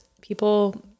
people